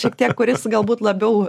šiek tiek kuris galbūt labiau